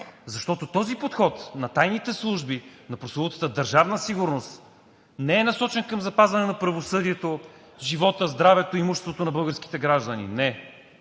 Защото този подход на тайните служби, на прословутата Държавна сигурност, не е насочен към запазване на правосъдието, живота, здравето и имуществото на българските граждани. Не!